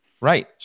Right